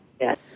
Yes